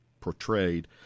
portrayed